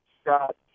Scott